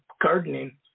gardening